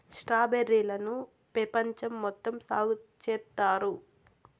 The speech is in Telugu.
స్ట్రాబెర్రీ లను పెపంచం మొత్తం సాగు చేత్తారు